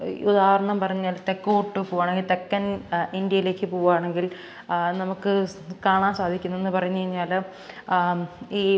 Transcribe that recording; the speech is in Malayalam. ഉദാഹരണം പറഞ്ഞാൽ തെക്കോട്ട് പോവുകയാണെങ്കിൽ തെക്കൻ ഇന്ത്യയിലേക്ക് പോവുകയാണെങ്കിൽ ആ നമുക്ക് അത് കാണാൻ സാധിക്കുന്നതെന്ന് പറഞ്ഞു കഴിഞ്ഞാൽ ആ ഈ